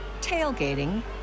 tailgating